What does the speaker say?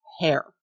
hair